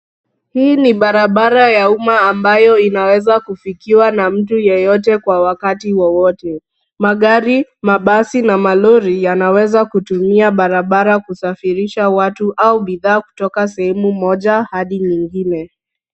Hii ni barabara ya umma ambayo inaweza kufikiwa na mtu yeyote kwa wakati wowote. Magari, mabasi na malori yanaweza kutumia barabara kusafirisha watu au bidhaa kutoka sehemu moja hadi nyingine.